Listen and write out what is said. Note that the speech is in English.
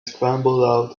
scrambled